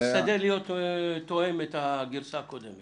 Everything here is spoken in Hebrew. רק תסדר אותה כך שהיא תהיה תואמת לגרסה הקודמת.